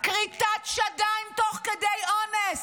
כריתת שדיים תוך כדי אונס,